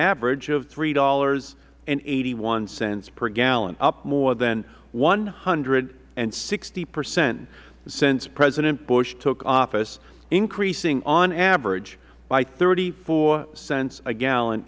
average of three dollars eighty one cents per gallon up more than one hundred and sixty percent since president bush took office increasing on average by thirty four cents a gallon